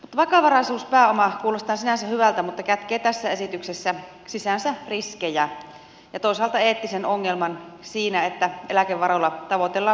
vakavaraisuuspääoma kuulostaa sinänsä hyvältä mutta kätkee tässä esityksessä sisäänsä riskejä ja toisaalta eettisen ongelman siinä että eläkevaroilla tavoitellaan suurempaa riskinottoa